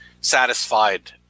satisfied